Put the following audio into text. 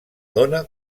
dona